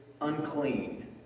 unclean